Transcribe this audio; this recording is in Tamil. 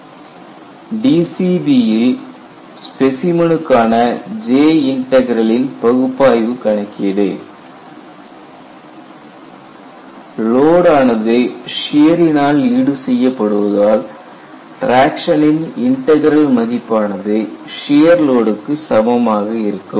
Analytical evaluation for J integral for DCB specimen DCB ஸ்பெசிமனுக்கான J இன்டக்ரலின் பகுப்பாய்வு கணக்கீடு லோட் ஆனது சியரினால் ஈடு செய்யப்படுவதால் டிராக்க்சனின் இன்டக்ரல் மதிப்பானது சியர் லோடுக்கு சமமாக இருக்கும்